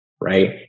Right